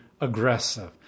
aggressive